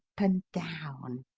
and down.